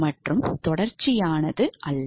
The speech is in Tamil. மற்றும் தொடர்ச்சியானது அல்ல